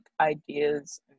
ideas